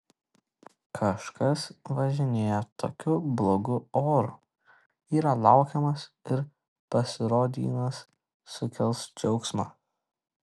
kažkas važinėja tokiu blogu oru yra laukiamas ir pasirodymas sukels džiaugsmą